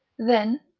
then,